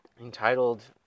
entitled